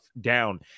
down